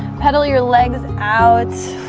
pedal your legs out